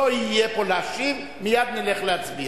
לא יהיה פה להשיב, מייד נלך להצביע.